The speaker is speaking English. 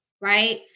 right